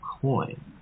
coin